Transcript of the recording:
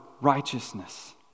righteousness